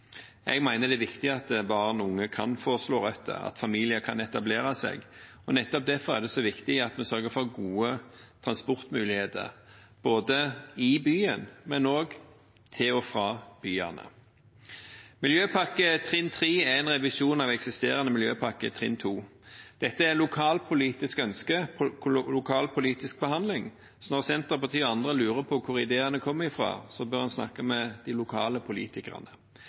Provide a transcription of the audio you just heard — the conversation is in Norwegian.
Jeg mener det er viktig at barn og unge kan få slå røtter, og at familier kan etablere seg. Nettopp derfor er det så viktig at vi sørger for gode transportmuligheter både i byen og til og fra byene. Miljøpakke trinn 3 er en revisjon av eksisterende Miljøpakke trinn 2. Dette er et lokalpolitisk ønske etter lokalpolitisk behandling, så når Senterpartiet og andre lurer på hvor ideene kom fra, bør de snakke med de lokale politikerne.